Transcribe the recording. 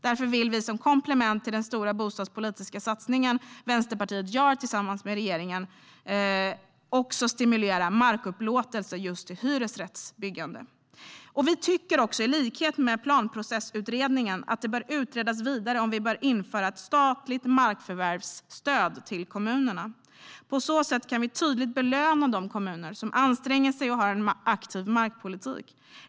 Därför vill vi som komplement till den stora bostadspolitiska satsning som Vänsterpartiet gör tillsammans med regeringen stimulera markupplåtelse just till hyresrättsbyggande. Vi tycker, i likhet med Planprocessutredningen, att det bör utredas vidare om vi bör införa ett statligt markförvärvsstöd till kommunerna. På så sätt kan vi tydligt belöna de kommuner som anstränger sig och har en aktiv markpolitik.